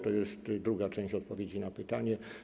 To jest druga część odpowiedzi na pytanie.